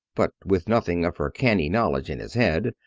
but with nothing of her canny knowledge in his head,